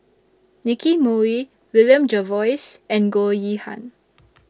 Nicky Moey William Jervois and Goh Yihan